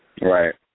Right